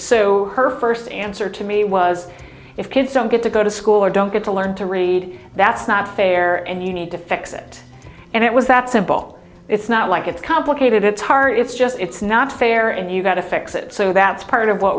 so her first answer to me was if kids don't get to go to school or don't get to learn to read that's not fair and you need to fix it and it was that simple it's not like it's complicated it's hard it's just it's not fair and you got to fix it so that's part of what